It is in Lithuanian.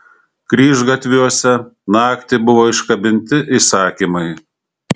kryžgatviuose naktį buvo iškabinti įsakymai